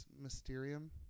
Mysterium